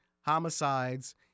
homicides